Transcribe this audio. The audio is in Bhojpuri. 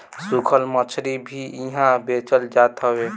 सुखल मछरी भी इहा बेचल जात हवे